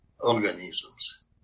organisms